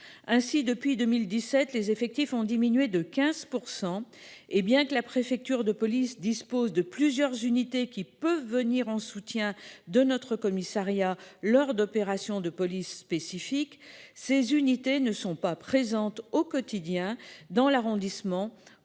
ainsi depuis 2017 les effectifs ont diminué de 15%. Et bien que la préfecture de police dispose de plusieurs unités qui peuvent venir en soutien de notre commissariat lors d'opérations de police spécifique. Ces unités ne sont pas présentes au quotidien dans l'arrondissement